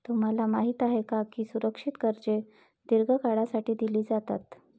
तुम्हाला माहित आहे का की सुरक्षित कर्जे दीर्घ काळासाठी दिली जातात?